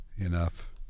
Enough